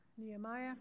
Nehemiah